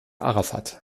arafat